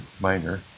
minor